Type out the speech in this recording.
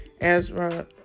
Ezra